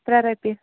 ترٛےٚ رۄپیہِ